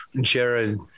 Jared